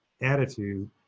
attitude